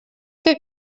que